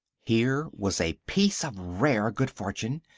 here was a piece of rare good fortune,